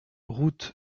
route